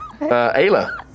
Ayla